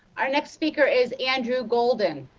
our next speaker is andrew golden.